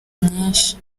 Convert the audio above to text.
myinshi